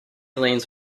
lanes